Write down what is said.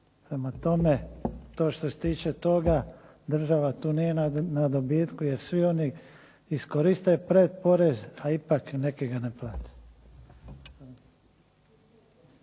Prema tome, to što se tiče toga država tu nije na dobitku jer svi oni iskoriste predporez a ipak neki ga ne plate.